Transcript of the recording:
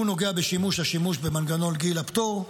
הוא נוגע בשימור השימוש במנגנון גיל הפטור,